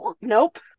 nope